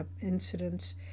incidents